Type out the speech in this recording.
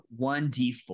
1d4